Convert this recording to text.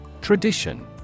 Tradition